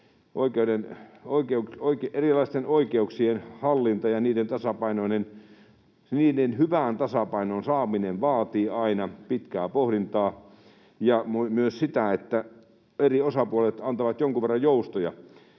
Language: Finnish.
erilaisten oikeuksien hallintaa, ja niiden hyvään tasapainoon saaminen vaatii aina pitkää pohdintaa ja myös sitä, että eri osapuolet antavat jonkun verran joustoja.